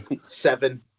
Seven